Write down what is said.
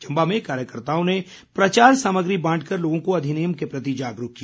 चम्बा में कार्यकर्ताओं ने प्रचार सामग्री बांट कर लोगों को अधिनियम के प्रति जागरूक किया